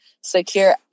secure